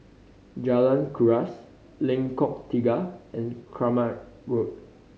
Jalan Kuras Lengkok Tiga and Kramat Road